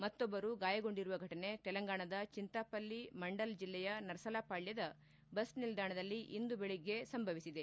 ಮತ್ತೊಬ್ಬರು ಗಾಯಗೊಂಡಿರುವ ಫಟನೆ ತೆಲಂಗಾಣದ ಚಂತಾಪಲ್ಲಿ ಮಂಡಲ್ ಜಿಲ್ಲೆಯ ನರ್ಸಲಾಪಾಳ್ಗದ ಬಸ್ ನಿಲ್ದಾಣದಲ್ಲಿ ಇಂದು ಬೆಳಿಗ್ಗೆ ಫಟನೆ ಸಂಭವಿಸಿದೆ